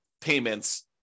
payments